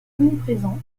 omniprésent